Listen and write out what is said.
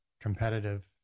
competitive